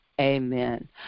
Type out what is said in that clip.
amen